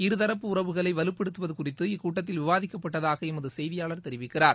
இருதரப்பு உறவுவளை வலுப்படுத்துவது குறித்து இக்கூட்டத்தில் விவாதிக்கப்பட்டதாக எமது செய்தியாளர் தெரிவிக்கிறார்